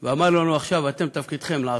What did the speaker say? ואמר לנו: עכשיו אתם תפקידכם לעשות.